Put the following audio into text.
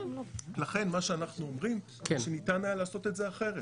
לכן מה שאנחנו אומרים זה שניתן היה לעשות את זה אחרת.